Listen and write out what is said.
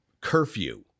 curfew